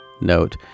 note